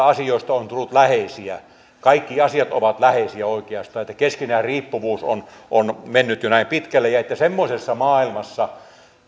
asioista on on tullut läheisiä kaikki asiat ovat läheisiä oikeastaan niin että keskinäinen riippuvuus on on mennyt jo näin pitkälle ja että semmoisessa maailmassa